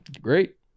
great